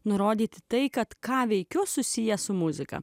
nurodyti tai kad ką veikiau susiję su muzika